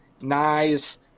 nice